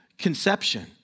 Conception